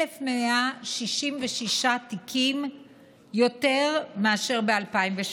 1,166 תיקים יותר מאשר ב-2017.